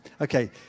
Okay